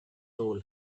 soul